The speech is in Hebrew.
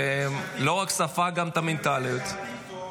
ולא רק ספג גם את המנטליות --- כנראה שהטיקטוק